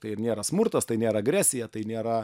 tai ir nėra smurtas tai nėra agresija tai nėra